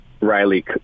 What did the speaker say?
riley